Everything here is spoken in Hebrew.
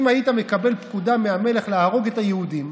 אם היית מקבל פקודה מהמלך להרוג את היהודים,